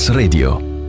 radio